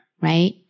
right